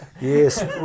Yes